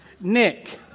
Nick